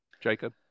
jacob